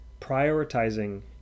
prioritizing